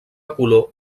color